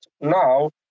now